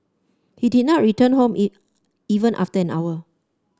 he did not return home it even after an hour